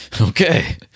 Okay